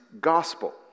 gospel